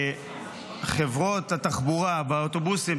שחברות התחבורה והאוטובוסים,